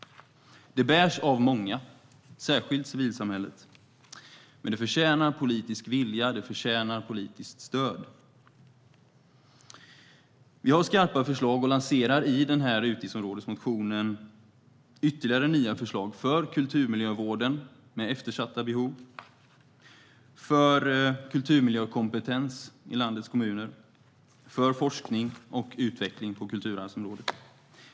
Det bärs av många, särskilt civilsamhället, men det förtjänar politisk vilja och politiskt stöd. Vi har skarpa förslag och lanserar i utgiftsområdesmotionen ytterligare förslag för kulturmiljövården med eftersatta behov, för kulturmiljökompetens i landets kommuner och för forskning och utveckling på kulturarvsområdet.